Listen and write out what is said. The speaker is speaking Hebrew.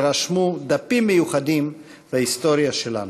שרשמו דפים מיוחדים בהיסטוריה שלנו.